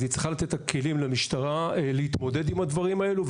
אז הם צריכים את הכלים למשטרה להתמודד עם הדברים האלו,